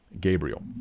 Gabriel